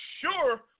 sure